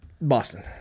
boston